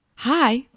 Hi